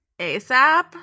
ASAP